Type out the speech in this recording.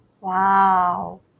wow